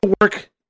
work